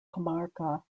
comarca